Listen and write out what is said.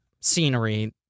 scenery